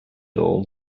old